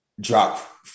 drop